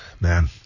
Man